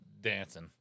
dancing